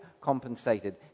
compensated